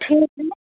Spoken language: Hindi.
ठीक है